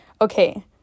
Okay